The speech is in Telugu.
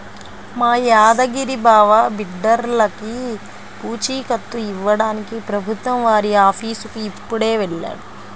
మా యాదగిరి బావ బిడ్డర్లకి పూచీకత్తు ఇవ్వడానికి ప్రభుత్వం వారి ఆఫీసుకి ఇప్పుడే వెళ్ళాడు